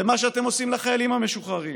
למה שאתם עושים לחיילים המשוחררים